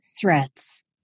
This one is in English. threats